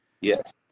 Yes